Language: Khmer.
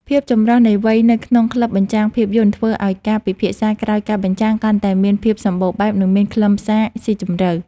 ភាពចម្រុះនៃវ័យនៅក្នុងក្លឹបបញ្ចាំងភាពយន្ត ធ្វើឱ្យការពិភាក្សាក្រោយការបញ្ចាំងកាន់តែមាន ភាពសម្បូរបែប និងមានខ្លឹមសារស៊ីជម្រៅ។